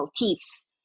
motifs